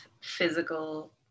physical